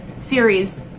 series